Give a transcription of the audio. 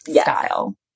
style